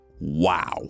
Wow